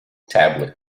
tablet